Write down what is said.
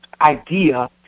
idea